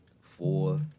four